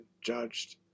judged